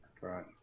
Right